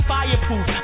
Fireproof